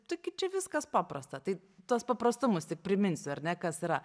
taigi čia viskas paprasta tai tuos paprastumus tik priminsiu ar ne kas yra